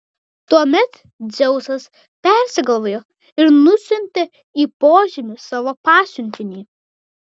tuomet dzeusas persigalvojo ir nusiuntė į požemį savo pasiuntinį